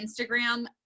Instagram